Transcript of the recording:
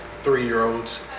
three-year-olds